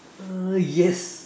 uh yes